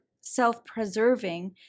self-preserving